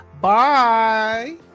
Bye